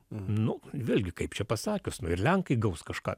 nu vėlgi kaip čia pasakius nu ir lenkai gaus kažką